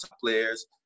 players